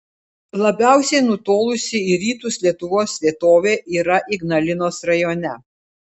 labiausiai nutolusi į rytus lietuvos vietovė yra ignalinos rajone